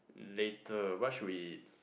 later where should we eat